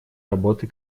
работы